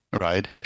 Right